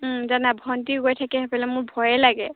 জানা ভণ্টি গৈ থাকে সেইফালে মোৰ ভয়ে লাগে